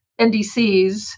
NDCs